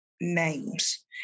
names